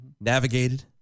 Navigated